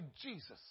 Jesus